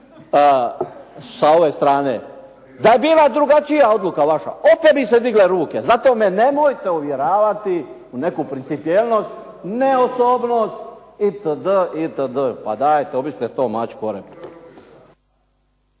sa ove strane. Da je bila drugačija odluka vaša opet bi se digle ruke. Zato me nemojte uvjeravati u neku principijelnost, neosobnost itd. Pa dajte, objesite to mačku